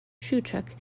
szewczuk